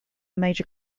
major